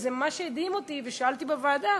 מה שהדהים אותי, ושאלתי בוועדה: